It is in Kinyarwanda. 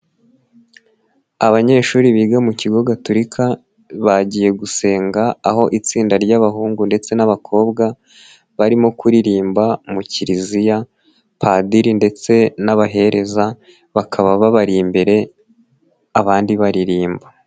Abanyeshuri biga mu kigo gatolika bagiye gusenga aho itsinda ry'abahungu ndetse n'abakobwa barimo kuririmba mu kiliziya padiri ndetse n'abahereza bakaba babari imbere abandi baririmba.